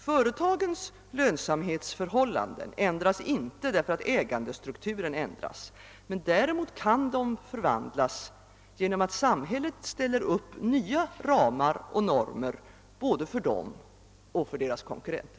Företagens lönsamhetsförhållanden ändras inte därför att ägandestrukturen ändras, men däremot kan de förvandlas genom att samhället ställer upp nya ramar och normer både för dem och för deras konkurrenter.